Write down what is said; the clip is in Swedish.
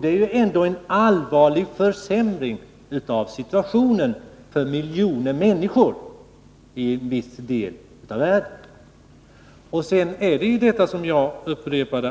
Det är ändå en allvarlig försämring av situationen för miljoner människor i en viss del av världen. Jag har upprepat